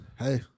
Hey